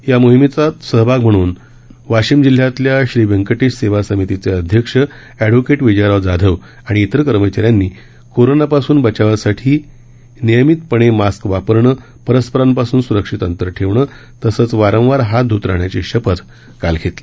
या मोहीमेतला सहभाग म्हणून वाशीम जिल्ह्यातल्या श्री व्यंकटेश सेवा समितीचे अध्यक्ष ए व्होकेट विजयराव जाधव आणि इतर कर्मचाऱ्यांनी कोरोनापासून बचावासाठी नियमितपणे मास्क वापरणं परस्परांपासून सुरक्षित अंतर ठेवणं तसंच वारंवार हात धुत राहण्याची शपथ काल घेतली